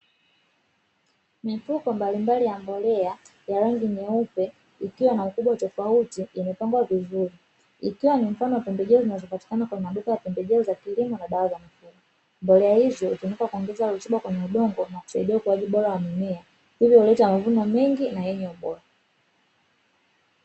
Mifuko mbalimbali ya mbolea ya rangi nyeupe, ikiwa na ukubwa tofauti imepangwa vizuri ikiwa ni mfano wa pembejeo zinazopatikana kwenye maduka ya pembejeo za kilimo na dawa za mifugo, mbolea hizi hutumika kuongeza rutuba kwenye udongo na kusaidia ukuaji bora wa mimea hivyo huleta mavuno mengi na yenye ubora.